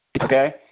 Okay